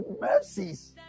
mercies